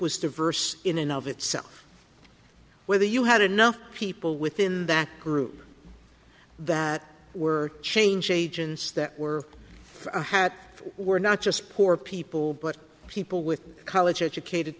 was diverse in and of itself whether you had enough people within that group that were change agents that were a hat were not just poor people but people with college educated